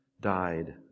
died